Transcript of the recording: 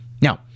Now